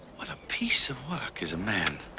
what a piece of work is a man